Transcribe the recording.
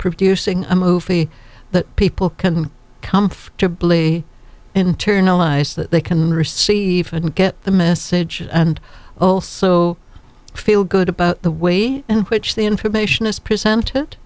producing a movie that people can comfortably internalize that they can receive and get the message and also feel good about the way in which the information is presented